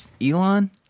Elon